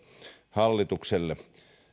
hallitukselle